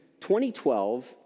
2012